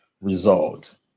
result